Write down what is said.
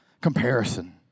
Comparison